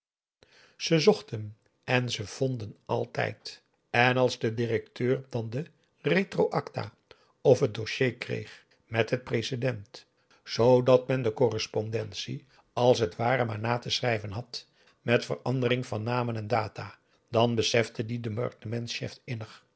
ze zochten en ze vonden altijd en als de directeur dan de retroacta of het dossier kreeg met het precedent zoodat men de correspondentie als het ware maar na te schrijven had met verandering van namen en data dan besefte die departementschef innig